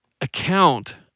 account